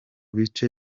bice